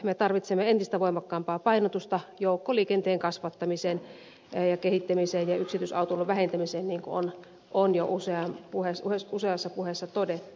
me tarvitsemme entistä voimakkaampaa painotusta joukkoliikenteen kasvattamiseen ja kehittämiseen ja yksityisautoilun vähentämiseen niin kuin on jo useassa puheessa todettu